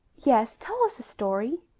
yes, tell us a story.